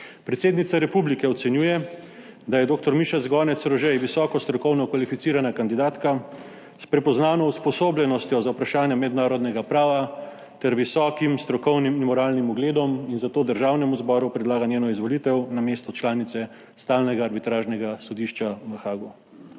Predsednica republike ocenjuje, da je dr. Miša Zgonec - Rožej visoko strokovno kvalificirana kandidatka s prepoznano usposobljenostjo za vprašanja mednarodnega prava ter visokim strokovnim in moralnim ugledom, zato Državnemu zboru predlaga njeno izvolitev na mesto članice Stalnega arbitražnega sodišča v Haagu.